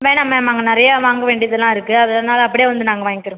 வேணாம் மேம் நாங்கள் நிறைய வாங்க வேண்டியதெல்லாம் இருக்குது அதனாலே அப்படியே வந்து வாங்கிக்கிறோம்